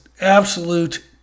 absolute